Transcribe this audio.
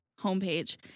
homepage